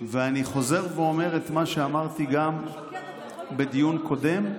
ואני חוזר ואומר את מה שאמרתי גם בדיון קודם.